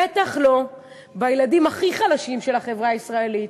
בטח לא בילדים הכי חלשים של החברה הישראלית,